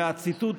והציטוט,